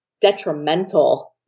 detrimental